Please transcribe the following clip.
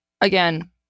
Again